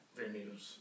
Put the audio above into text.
venues